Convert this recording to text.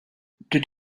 did